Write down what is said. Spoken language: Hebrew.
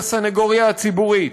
של הסנגוריה הציבורית,